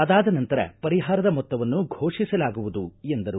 ಅದಾದ ನಂತರ ಪರಿಹಾರದ ಮೊತ್ತವನ್ನು ಘೋಷಿಸಲಾಗುವುದು ಎಂದರು